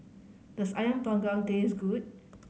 does Ayam Panggang taste good